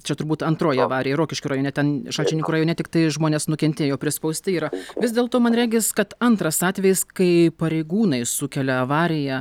čia turbūt antroji avarija rokiškio rajone ten šalčininkų rajone tiktai žmonės nukentėjo prispausti yra vis dėl to man regis kad antras atvejis kai pareigūnai sukelia avariją